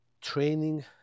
training